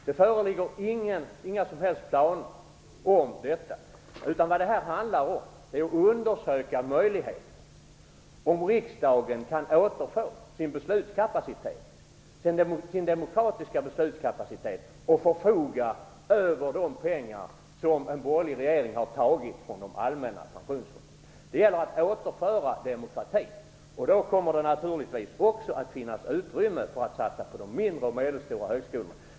Det föreligger inga som helst planer på detta, utan det handlar om att man skall undersöka möjligheterna, om riksdagen kan återfå sin demokratiska beslutskapacitet och förfoga över de pengar som en borgerlig regering har tagit från de allmänna pensionsfonderna. Det gäller att återställa demokratin. Då kommer det naturligtvis också att finnas utrymme för att satsa på de mindre och medelstora högskolorna.